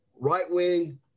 right-wing